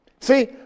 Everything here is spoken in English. See